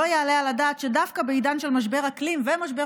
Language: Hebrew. לא יעלה על הדעת שדווקא בעידן של משבר אקלים ומשבר